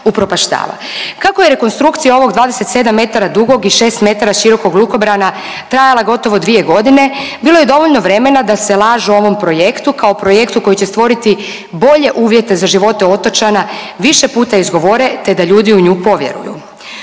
Kako je rekonstrukcija ovog 27 metara dugog i 6 metara širokog lukobrana trajala gotovo 2 godine bilo je dovoljno vremena da se laž o ovom projektu kao projektu koji će stvoriti bolje uvjete za živote otočana više puta izgovore te da ljudi u nju povjeruju.